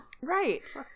Right